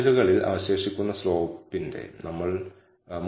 β0 ഉം β1 ഉം ഉള്ള മോഡൽ